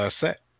set